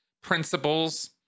principles